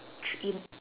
treat him